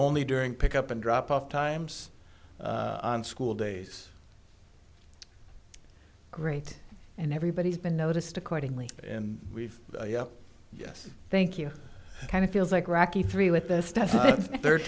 only during pick up and drop off times on school days great and everybody's been noticed accordingly and we've yes thank you kind of feels like rocky three with this t